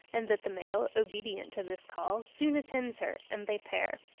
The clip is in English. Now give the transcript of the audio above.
and that the male, obedient to this call, soon attends her, and they pair,